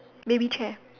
baby chair